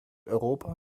europa